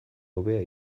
hobea